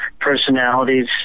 personalities